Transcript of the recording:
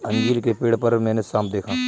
अंजीर के पेड़ पर मैंने साँप देखा